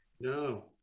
No